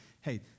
hey